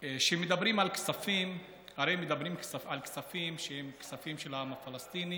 כשמדברים על כספים הרי מדברים על כספים שהם כספים של העם הפלסטיני